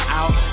out